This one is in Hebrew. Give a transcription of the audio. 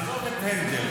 עזוב את הנדל.